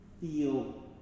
feel